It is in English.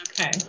Okay